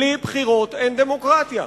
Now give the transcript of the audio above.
בלי בחירות אין דמוקרטיה.